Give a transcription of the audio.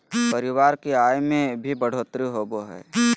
परिवार की आय में भी बढ़ोतरी होबो हइ